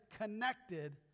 connected